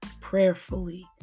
prayerfully